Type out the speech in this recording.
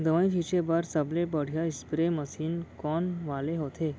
दवई छिंचे बर सबले बढ़िया स्प्रे मशीन कोन वाले होथे?